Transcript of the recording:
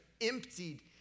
emptied